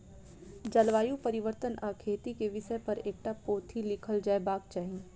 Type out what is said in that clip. जलवायु परिवर्तन आ खेती के विषय पर एकटा पोथी लिखल जयबाक चाही